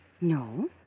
No